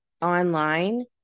online